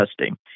testing